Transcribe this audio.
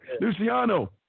Luciano